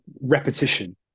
repetition